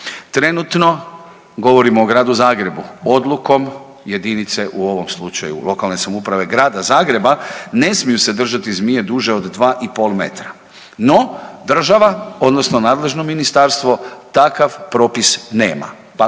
Trenutno govorim o Gradu Zagrebu odlukom jedinice u ovom slučaju lokalne samouprave Grada Zagreba ne smiju se držati zmije duže od 2,5 metra, no država odnosno nadležno ministarstvo takav propis nema,